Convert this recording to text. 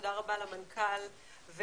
תודה רבה למנכ"ל ולסמנכ"ל,